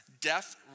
death